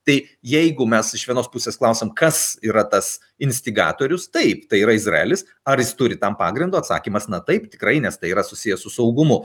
tai jeigu mes iš vienos pusės klausiam kas yra tas instigatorius taip tai yra izraelis ar jis turi tam pagrindo atsakymas na taip tikrai nes tai yra susiję su saugumu